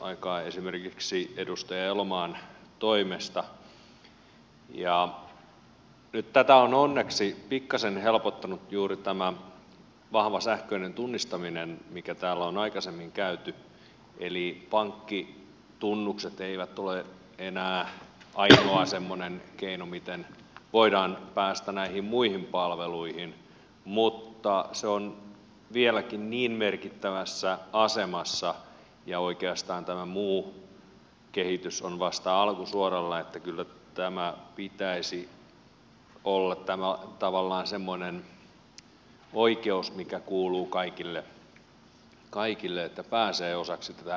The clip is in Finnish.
aikaa esimerkiksi edustaja elomaan toimesta ja nyt tätä on onneksi pikkasen helpottanut juuri tämä vahva sähköinen tunnistaminen mikä täällä on aikaisemmin käyty läpi eli pankkitunnukset eivät ole enää ainoa semmoinen keino millä voidaan päästä näihin muihin palveluihin mutta se on vieläkin niin merkittävässä asemassa ja oikeastaan tämä muu kehitys on vasta alkusuoralla että kyllä tämän pitäisi olla tavallaan semmoinen oikeus mikä kuuluu kaikille että pääsee osaksi tätä yhteiskuntaa